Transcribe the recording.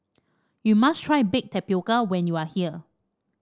you must try Baked Tapioca when you are here